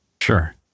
Sure